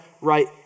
right